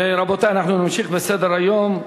רבותי, אנחנו נמשיך בסדר-היום: